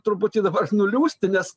truputį dabar nuliūsti nes